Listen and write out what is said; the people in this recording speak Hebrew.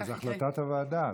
אבל זאת החלטת הוועדה.